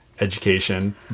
education